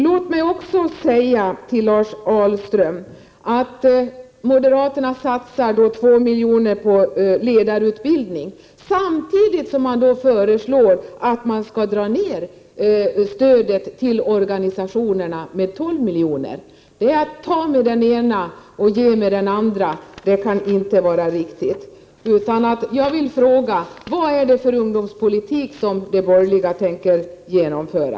Lars Ahlström säger att moderaterna vill satsa 2 miljoner på ledarutbildning, men samtidigt föreslår ni att man skall dra ner stödet till organisationerna med 12 miljoner. Det är att ta med den ena handen och ge med den andra. Det kan inte vara riktigt. Jag vill fråga: Vad är det för ungdomspolitik som de borgerliga tänker genomföra?